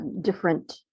different